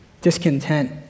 discontent